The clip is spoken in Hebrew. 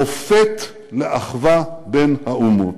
מופת לאחווה בין האומות.